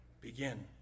Begin